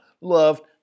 Loved